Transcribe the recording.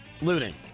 looting